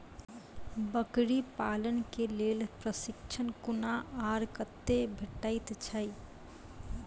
बकरी पालन के लेल प्रशिक्षण कूना आर कते भेटैत छै?